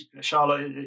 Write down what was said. charlotte